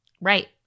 Right